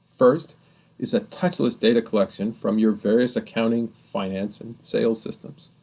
first is a touchless data collection from your various accounting, finance, and sales systems.